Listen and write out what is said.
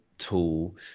tool